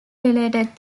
related